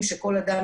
קשה,